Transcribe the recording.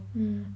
mm